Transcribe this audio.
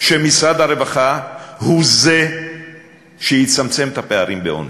שמשרד הרווחה הוא זה שיצמצם את הפערים בעוני.